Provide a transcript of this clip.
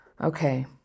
Okay